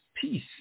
Peace